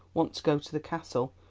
want to go to the castle,